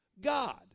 God